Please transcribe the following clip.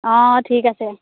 অঁ ঠিক আছে